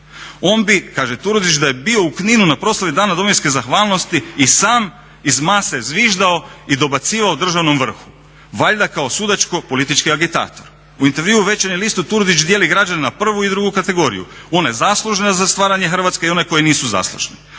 On bi, kaže Turudić, da je bio u Kninu na proslavi Dana domovinske zahvalnosti i sam iz mase zviždao i dobacivao državnom vrhu. Valjda kao sudačko-politički agitator. U intervjuu u "Večernjem listu" Turudić dijeli građane na prvu i drugu kategoriju, one zaslužne za stvaranje Hrvatske i one koji nisu zaslužni.